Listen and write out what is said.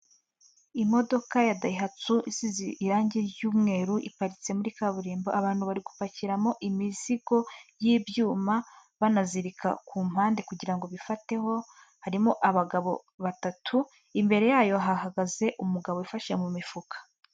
Imodoka ya Dayihatsu isize irangi ry'umweru, iparitse muri kaburimbo, abantu bari gupakiramo imizigo y'ibyuma, banazirika ku mpande kugira ngo bifateho, harimo abagabo batatu, imbere yayo hahagaze umugabo wifashe mu mifuka.